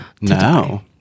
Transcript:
No